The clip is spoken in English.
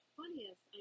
funniest